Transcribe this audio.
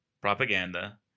propaganda